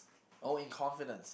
oh in confidence